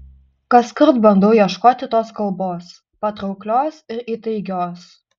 kaskart bandau ieškoti tos kalbos patrauklios ir įtaigios